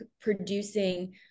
producing